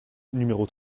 numéro